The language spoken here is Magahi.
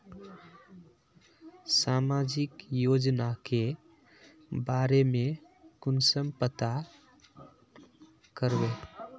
सामाजिक योजना के बारे में कुंसम पता करबे?